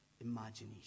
imagination